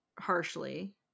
Harshly